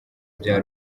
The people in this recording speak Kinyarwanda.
bya